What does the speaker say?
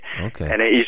Okay